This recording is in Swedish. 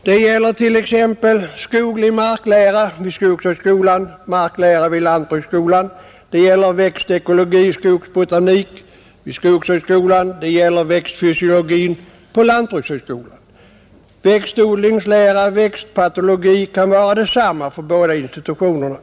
Det gäller t.ex. skoglig marklära vid skogshögskolan, marklära vid lantbrukshögskolan, det gäller växtekologi och skogsbotanik vid skogshögskolan, det gäller växtfysiologi på lantbrukshögskolan. Växtodlingslära och växtpatologi kan vara detsamma för båda institutionerna.